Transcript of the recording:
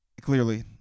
Clearly